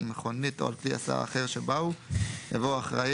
על מכונית או על כלי הסעה אחר שבאו" יבוא "אחראי